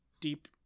deep